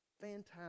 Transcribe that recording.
fantastic